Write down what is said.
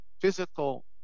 physical